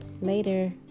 Later